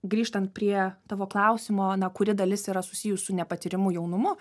grįžtant prie tavo klausimo na kuri dalis yra susijus su nepatyrimu jaunumu